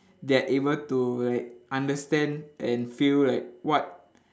they are able to like understand and feel like what